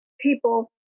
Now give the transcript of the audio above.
people